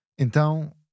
Então